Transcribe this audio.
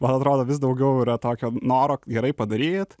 man atrodo vis daugiau yra tokio noro gerai padaryt